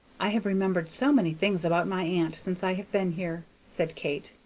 i have remembered so many things about my aunt since i have been here, said kate,